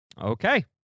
Okay